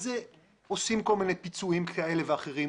אז עושים כל מיני פיצויים כאלה ואחרים,